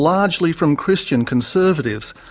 largely from christian conservatives,